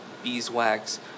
beeswax